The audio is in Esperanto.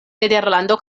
nederlando